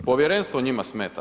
Povjerenstvo njima smeta.